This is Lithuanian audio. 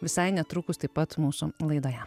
visai netrukus taip pat mūsų laidoje